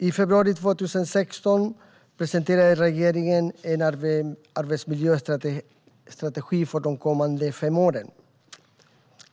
I februari 2016 presenterade regeringen en arbetsmiljöstrategi för de kommande fem åren.